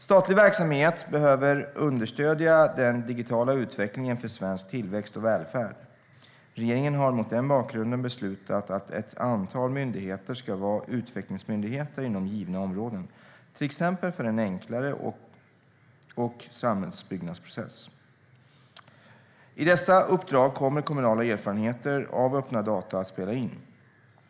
Statlig verksamhet behöver understödja den digitala utvecklingen för svensk tillväxt och välfärd. Regeringen har mot den bakgrunden beslutat att ett antal myndigheter ska vara utvecklingsmyndigheter inom givna områden, till exempel för en enklare samhällsbyggnadsprocess. I dessa uppdrag kommer kommunala erfarenheter av öppna data att spela in.